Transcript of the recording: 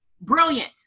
brilliant